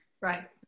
Right